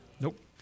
Nope